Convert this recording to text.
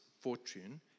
fortune